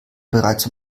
bereits